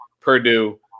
Purdue